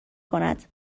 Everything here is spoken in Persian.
کند